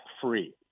free